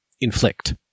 inflict